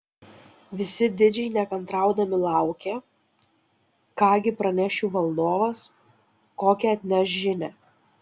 visi didžiai nekantraudami laukė ką gi praneš jų valdovas kokią atneš žinią